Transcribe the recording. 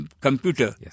computer